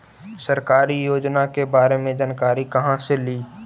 सरकारी योजना के बारे मे जानकारी कहा से ली?